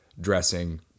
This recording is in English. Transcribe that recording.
dressing